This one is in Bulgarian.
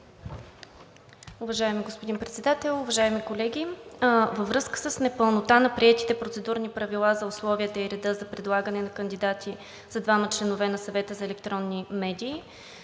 Уважаеми господин Председател, уважаеми колеги! Във връзка с непълнота на приетите процедурни правила за условията и реда за предлагане на кандидати за двама членове на Съвета за електронни медии,